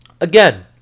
Again